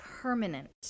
permanent